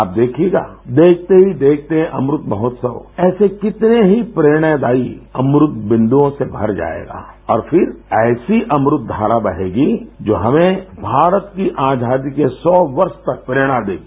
आप देखिएगा देखते ही देखते अमृत महोत्सव ऐसे कितने ही प्रेरणादायी अमृत बिंदुओं से भर जाएगा और फिर ऐसी अमृत धरा बहेगी जो हमें भारत की आजादी के सौ वर्ष तक प्रेरणा देगी